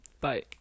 Bye